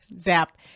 zap